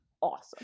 awesome